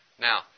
Now